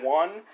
one